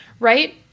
Right